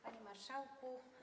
Panie Marszałku!